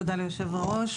תודה ליושב הראש.